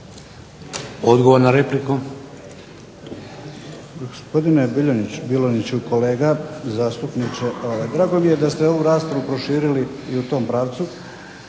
Odgovor na repliku.